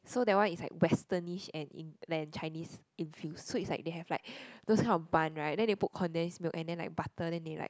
so that one is like Western ish and Chinese infuse so it's like they have like those kind of bun right then they put condensed milk and then like butter then they like